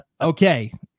Okay